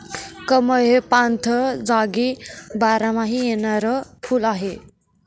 कमळ हे पाणथळ जागी बारमाही येणारे फुल आहे